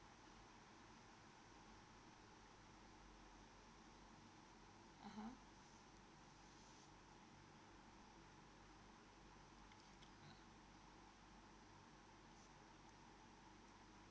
mmhmm